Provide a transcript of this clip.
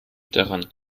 daran